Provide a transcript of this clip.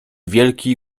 wielki